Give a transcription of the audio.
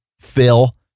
Phil